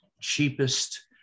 cheapest